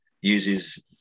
uses